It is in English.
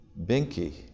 binky